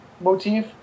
motif